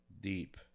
deep